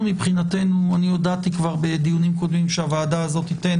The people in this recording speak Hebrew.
אני הודעתי כבר בדיונים קודמים שהוועדה הזאת תיתן